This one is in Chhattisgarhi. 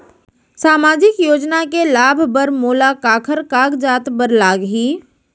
सामाजिक योजना के लाभ बर मोला काखर कागजात बर लागही?